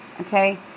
okay